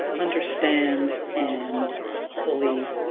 understand and fully